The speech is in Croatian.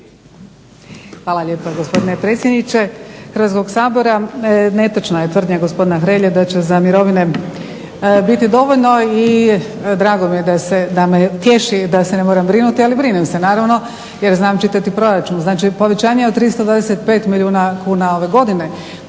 Hvala lijepa gospodine predsjedniče Hrvatskog sabora. Netočna je tvrdnja gospodina Hrelje da će za mirovine biti dovoljno i drago mi je da me tješi da se ne moram brinuti ali brinem se naravno jer znam čitati proračun. Znači povećanje od 325 milijuna kuna ove godine